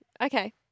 Okay